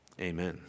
amen